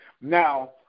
Now